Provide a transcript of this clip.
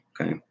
okay